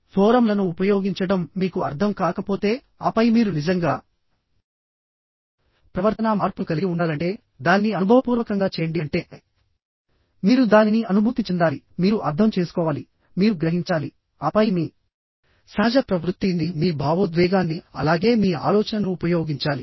ఫోరమ్లను ఉపయోగించడం మీకు అర్థం కాకపోతే ఆపై మీరు నిజంగా ప్రవర్తనా మార్పును కలిగి ఉండాలంటేదానిని అనుభవపూర్వకంగా చేయండి అంటే మీరు దానిని అనుభూతి చెందాలి మీరు అర్థం చేసుకోవాలి మీరు గ్రహించాలి ఆపై మీ సహజ ప్రవృత్తి ని ఉపయోగించాలి మీ భావోద్వేగాన్ని ఉపయోగించాలి అలాగే మీ ఆలోచనను ఉపయోగించాలి